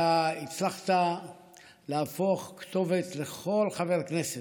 אתה הצלחת להפוך לכתובת לכל חברי הכנסת,